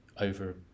over